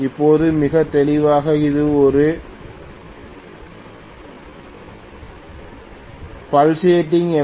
இப்போது மிகத் தெளிவாக இது ஒரு பல்சேட்டிங் எம்